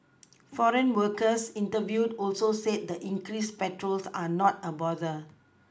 foreign workers interviewed also said the increased patrols are not a bother